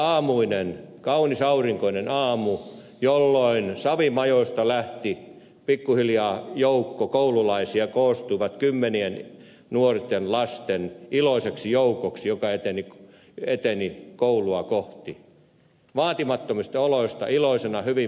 se kaunis aurinkoinen aamu jolloin savimajoista lähti pikkuhiljaa joukko koululaisia kymmenien nuorten lasten iloinen joukko joka eteni koulua kohti vaatimattomista oloista iloisina hyvin pukeutuneina